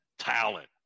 Talent